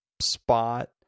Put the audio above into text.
spot